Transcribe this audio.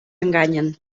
enganyen